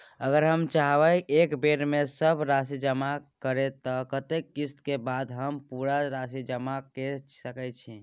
अगर हम चाहबे एक बेर सब राशि जमा करे त कत्ते किस्त के बाद हम पूरा राशि जमा के सके छि?